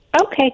Okay